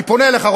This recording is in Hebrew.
אני פונה אליך,